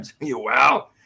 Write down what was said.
Wow